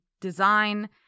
design